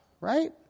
right